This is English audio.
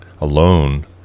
alone